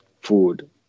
food